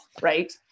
Right